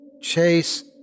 Chase